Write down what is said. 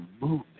movement